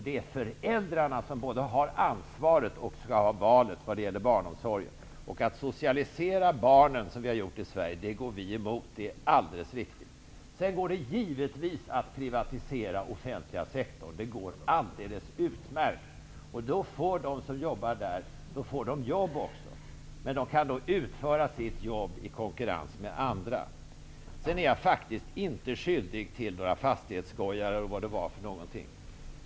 Det är föräldrarna som skall ha ansvaret för både barnen och barnomsorgen. Det är alldeles riktigt att vi går emot socialiseringen av barnen i Sverige. Det går givetvis att privatisera den offentliga sektorn. Det går alldeles utmärkt. De som arbetar där får jobb även i framtiden. De kan utföra sina jobb i konkurrens med andra. Jag är faktiskt inte skyldig i fråga om fastighetsskojare -- eller vad det nu var fråga om.